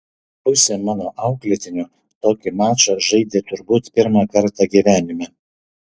pusė mano auklėtinių tokį mačą žaidė turbūt pirmą kartą gyvenime